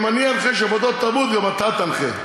גם אתה תנחה,